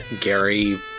Gary